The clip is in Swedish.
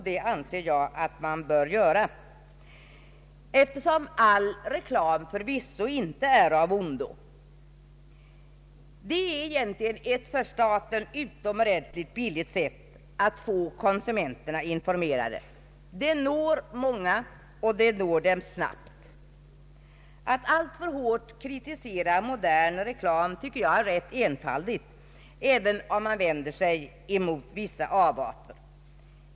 Detta anser jag att man kan göra, eftersom all reklam förvisso inte är av ondo. Reklamen är ett för staten billigt sätt att få konsumenterna informerade. Man når genom reklamen samtidigt många konsumenter och det sker snabbt. Att alltför hårt kritisera modern reklam vore enfaldigt, även om man bör ta avstånd från vissa avarter.